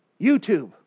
YouTube